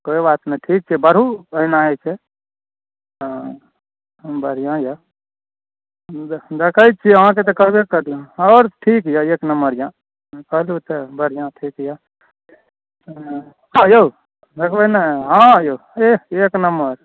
कोइ बात नहि ठीक छै बढ़ू अहिना होइ छै हँ बढ़िआँ यए देखै छियै हँ से तऽ करबै करलहुँ आओर ठीक यए एक नम्बर यए अहाँ करू तऽ बढ़िआँ ठीक यए हँ यौ देखबै ने हँ यौ एह एक नम्बर